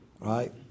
Right